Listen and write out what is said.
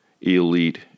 elite